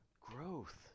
growth